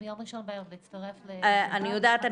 להצטרף -- אני יודעת,